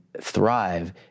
thrive